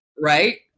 Right